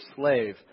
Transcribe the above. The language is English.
slave